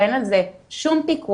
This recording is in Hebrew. ואין על זה שום פיקוח,